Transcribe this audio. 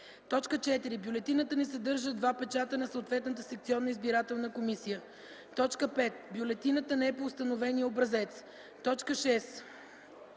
4. бюлетината не съдържа два печата на съответната секционна избирателна комисия; 5. бюлетината не е по установения образец; 6.